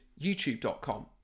YouTube.com